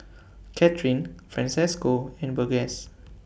Kathrine Francesco and Burgess